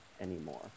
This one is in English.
anymore